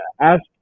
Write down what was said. ask